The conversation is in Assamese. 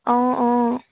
অঁ অঁ